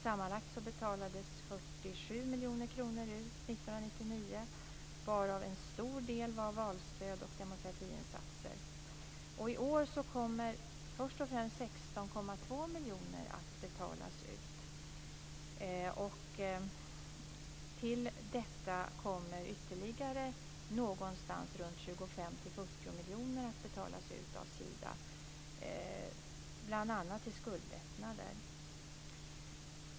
Sammanlagt betalades 47 miljoner kronor ut 1999, varav en stor del utgjordes av valstöd och demokratiinsatser. I år kommer först och främst 16,2 miljoner att betalas ut. Till detta kommer ytterligare 25-40 miljoner att betalas ut av Sida, bl.a. i skuldlättnader.